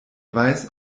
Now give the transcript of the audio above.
weiß